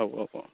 औ औ अ'